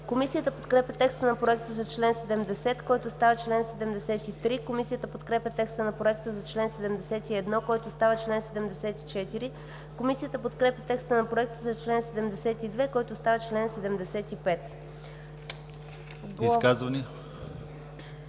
Комисията подкрепя текста на Проекта за чл. 70, който става чл. 73. Комисията подкрепя текста на Проекта за чл. 71, който става чл. 74. Комисията подкрепя текста на Проекта за чл. 72, който става чл. 75.